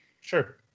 sure